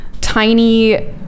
tiny